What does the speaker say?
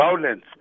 violence